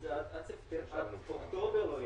זה יצר איזה פער בהכנסות לרשות ל-2021.